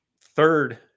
Third